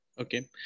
Okay